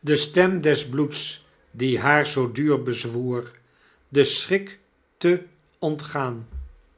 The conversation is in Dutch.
de stem des bloeds die haar zoo duur bezwoer den strik te ontgaan